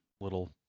little